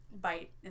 bite